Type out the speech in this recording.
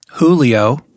Julio